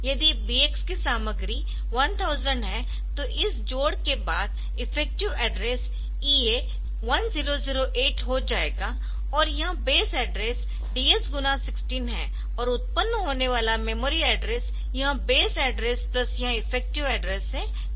यदि BX की सामग्री 1000 है तो इस जोड़ के बाद इफेक्टिव एड्रेस EA 1008 हो जाएगा और यह बेस एड्रेस DS गुणा 16 है और उत्पन्न होने वाला मेमोरी एड्रेस यह बेस एड्रेस प्लस यह इफेक्टिव एड्रेसहै जो हमारे पास है